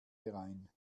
herein